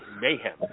mayhem